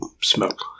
smoke